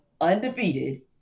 undefeated